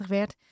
werd